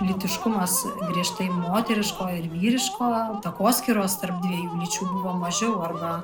lytiškumas griežtai moteriško ir vyriško takoskyros tarp dviejų lyčių buvo mažiau arba